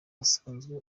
busanzwe